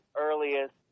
earliest –